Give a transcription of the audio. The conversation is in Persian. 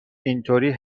اینطوری